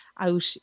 out